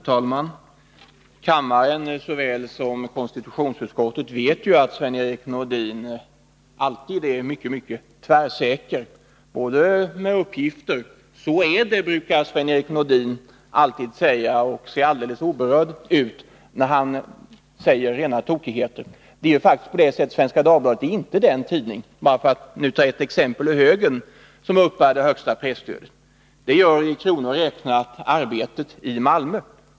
Herr talman! Såväl kammaren som konstitutionsutskottet vet ju att Sven-Erik Nordin ofta är mycket tvärsäker när det gäller uppgifter som han lämnar. Så är det, brukar Sven-Erik Nordin säga och se alldeles oberörd ut, även när han säger rena felaktigheter. Det är faktiskt på det sättet att Svenska Dagbladet inte är den tidning — för att bara ta ett exempel ur högen — som uppbär det högsta presstödet. Det gör i kronor räknat Arbetet i Malmö.